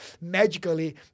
magically